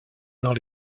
dans